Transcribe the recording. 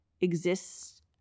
exists